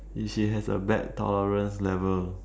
and she has a bad tolerance level